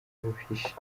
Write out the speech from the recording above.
buhishe